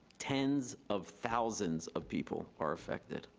tens of thousands of people are affected.